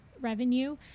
revenue